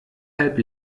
halb